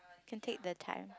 can take the time